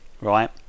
right